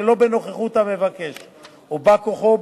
שלא בנוכחות המבקש או בא-כוחו,